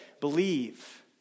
believe